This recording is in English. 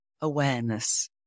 awareness